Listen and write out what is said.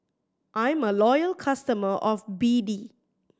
I'm a loyal customer of B D